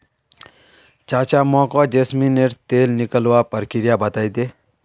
चाचा मोको जैस्मिनेर तेल निकलवार प्रक्रिया बतइ दे